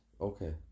Okay